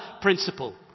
principle